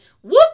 whoop